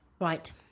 Right